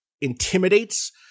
intimidates